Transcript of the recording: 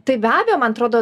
tai be abejo man atrodo